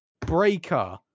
Breaker